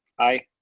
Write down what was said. aye.